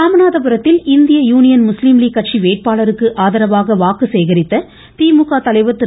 ராமநாதபுரத்தில் இந்திய union Muslim league கட்சி வேட்பாளருக்கு ஆதரவாக வாக்கு சேகரித்த திமுக தலைவர் திரு